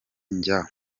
njya